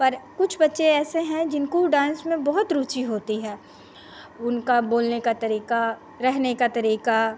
पर कुछ बच्चे ऐसे हैं जिनको डान्स में बहुत रुचि होती है उनका बोलने का तरीका रहने का तरीका